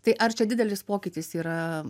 tai ar čia didelis pokytis yra